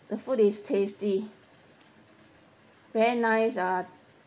the food is tasty very nice uh